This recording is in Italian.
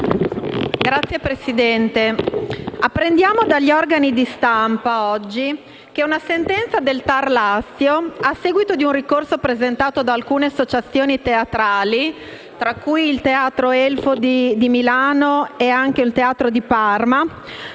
Signor Presidente, apprendiamo dagli organi di stampa oggi che una sentenza del TAR Lazio, a seguito di un ricorso presentato da alcune associazioni teatrali, tra cui il Teatro Elfo Puccini di Milano e il Teatro Regio di Parma,